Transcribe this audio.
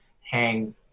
hang